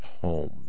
home